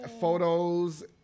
Photos